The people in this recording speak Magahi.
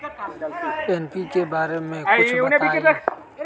एन.पी.के बारे म कुछ बताई?